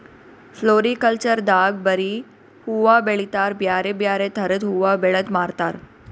floriculture ದಾಗ್ ಬರಿ ಹೂವಾ ಬೆಳಿತಾರ್ ಬ್ಯಾರೆ ಬ್ಯಾರೆ ಥರದ್ ಹೂವಾ ಬೆಳದ್ ಮಾರ್ತಾರ್